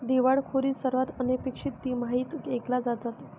दिवाळखोरी सर्वात अनपेक्षित तिमाहीत ऐकल्या जातात